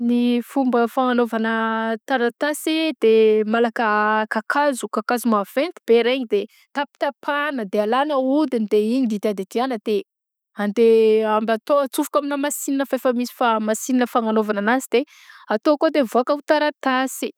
Ny fomba fagnanôvagna taratasy de malaka kakazo kakazo maventy be regny de tapitapahagna de alana hodiny de igny didiadidiagna de andeha amba atao asofoka aminà masinina f afa misy fa masinina fagnaôvana ananzy de atao akao de mivaoka ho taratasy.